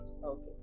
Okay